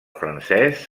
francès